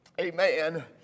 amen